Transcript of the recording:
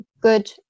good